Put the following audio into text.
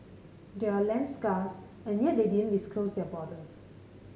they're land scarce and yet they didn't close their borders